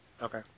Okay